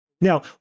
Now